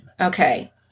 Okay